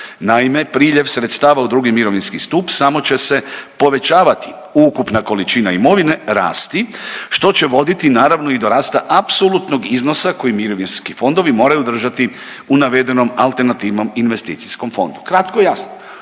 Naime, priljev sredstava u 2. mirovinski stup samo će se povećavati. Ukupna količina imovine rasti što će voditi naravno i do rasta apsolutnog iznosa koji mirovinski fondovi moraju držati u navedenom alternativnom investicijskom fondu.